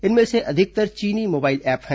इनमें से अधिकतर चीनी मोबाइल ऐप हैं